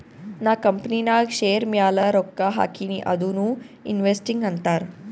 ನಾ ಕಂಪನಿನಾಗ್ ಶೇರ್ ಮ್ಯಾಲ ರೊಕ್ಕಾ ಹಾಕಿನಿ ಅದುನೂ ಇನ್ವೆಸ್ಟಿಂಗ್ ಅಂತಾರ್